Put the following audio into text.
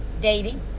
Dating